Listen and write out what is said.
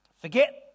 Forget